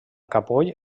capoll